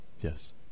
Yes